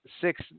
six